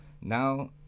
now